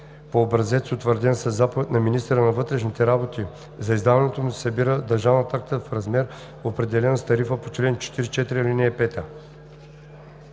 по образец, утвърден със заповед на министъра на вътрешните работи. За издаването му се събира държавна такса в размер, определен с тарифата по чл. 44, ал. 5.